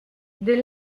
des